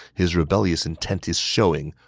his rebellious intent is showing.